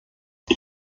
wir